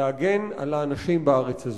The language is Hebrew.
להגן על האנשים בארץ הזאת.